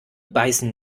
beißen